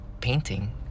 painting